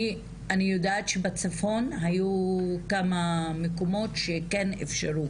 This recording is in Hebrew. אני יודעת שבצפון היו כמה מקומות שכן אפשרו